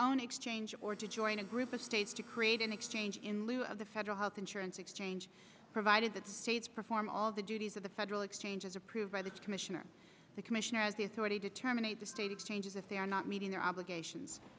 own exchange or did you in a group of states to create an exchange in lieu of the federal health insurance exchange provided that the states perform all the duties of the federal exchanges approved by the commissioner the commissioner has the authority to terminate the state exchanges if they are not meeting their obligations